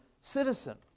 citizen